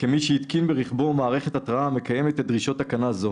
כמי שהתקין ברכבו מערכת התרעה המקיימת את דרישות תקנה זו."